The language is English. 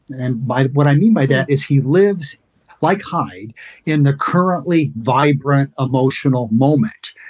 and by what i mean by that is he lives like hide in the currently vibrant, emotional moment.